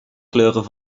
kleuren